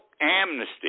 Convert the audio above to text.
amnesty